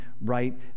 right